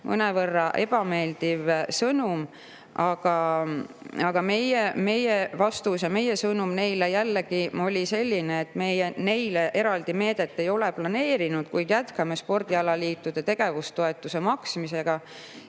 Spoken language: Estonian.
mõnevõrra ebameeldiv sõnum. Aga meie vastus ja meie sõnum neile jällegi oli selline, et meie neile eraldi meedet ei ole planeerinud, kuid jätkame spordialaliitudele tegevustoetuse maksmist,